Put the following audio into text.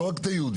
לא רק את היהודים,